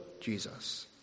Jesus